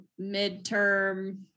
midterm